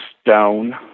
Stone